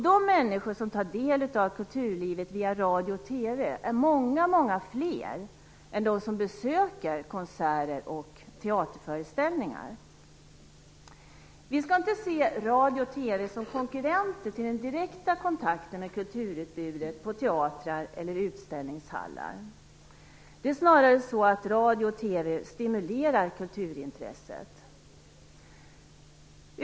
De människor som tar del av kulturlivet via radio och TV är många många fler än de som besöker konserter och teaterföreställningar. Vi skall inte se radio och TV som konkurrenter till den direkta kontakten med kulturutbudet på teatrar eller utställningshallar. Det är snarare så att radio och TV stimulerar kulturintresset.